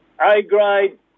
A-grade